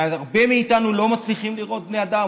והרבה מאיתנו לא מצליחים לראות בני אדם,